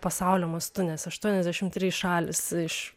pasaulio mastu nes aštuoniasdešimt trys šalys iš